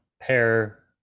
pair